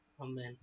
Amen